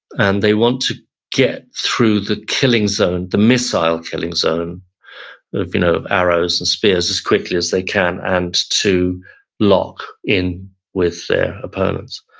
and they want to get through the killing zone, the missile killing zone of you know arrows, and spears as quickly as they can and to lock in with their opponents.